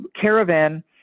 caravan